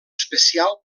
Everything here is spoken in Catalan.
especial